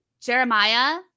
Jeremiah